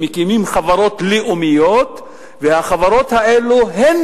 מקימים חברות לאומיות והחברות האלה הן